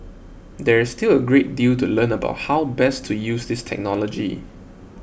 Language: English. there is still a great deal to learn about how best to use this technology